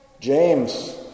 James